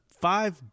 five